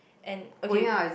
and okay